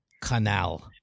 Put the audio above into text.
canal